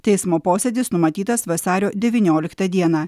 teismo posėdis numatytas vasario devynioliktą dieną